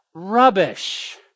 rubbish